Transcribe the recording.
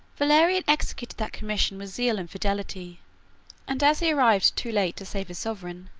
valerian executed that commission with zeal and fidelity and as he arrived too late to save his sovereign,